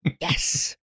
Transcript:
yes